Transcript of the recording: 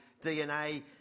DNA